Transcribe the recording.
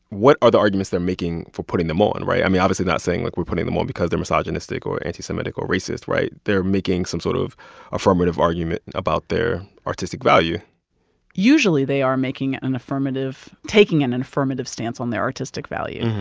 what are the arguments they're making for putting them on, right? i mean, obviously, not saying, look, we're putting them out because they're misogynistic or anti-semitic or racist, right? they're making some sort of affirmative argument about their artistic value usually they are making an affirmative taking an and affirmative stance on their artistic value.